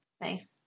Nice